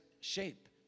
shape